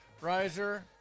riser